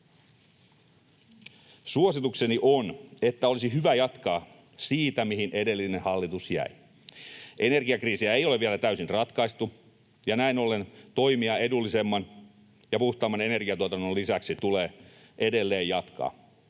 Suositukseni on, että olisi hyvä jatkaa siitä, mihin edellinen hallitus jäi. Energiakriisiä ei ole vielä täysin ratkaistu, ja näin ollen toimia edullisemman ja puhtaamman energiantuotannon hyväksi tulee edelleen jatkaa.